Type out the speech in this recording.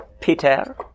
Peter